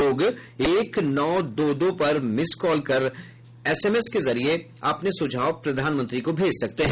लोग एक नौ दो दो पर मिस कॉल कर एसएमएस के जरिए अपने सुझाव प्रधानमंत्री को भेज सकते हैं